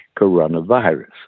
coronavirus